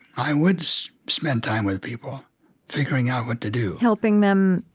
i would spend time with people figuring out what to do helping them,